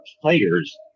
players